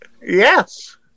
Yes